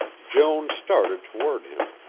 joan started toward him,